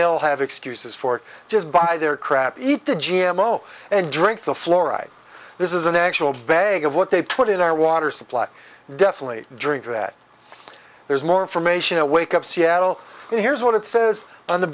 they'll have excuses for it just by their crap eat the g m o and drink the fluoride this is an actual bag of what they put in our water supply definitely drink that there's more information to wake up to seattle and here's what it says on the